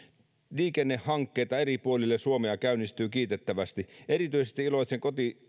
liikennehankkeita eri puolille suomea käynnistyy kiitettävästi erityisesti iloitsen